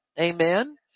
Amen